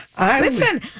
Listen